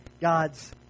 God's